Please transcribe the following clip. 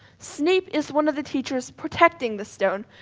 snape is one of the teachers protecting the stone.